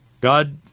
God